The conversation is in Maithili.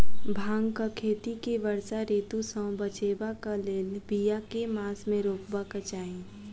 भांगक खेती केँ वर्षा ऋतु सऽ बचेबाक कऽ लेल, बिया केँ मास मे रोपबाक चाहि?